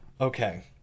okay